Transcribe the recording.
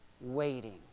waiting